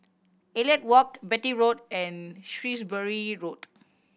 Elliot Walk Beatty Road and Shrewsbury Road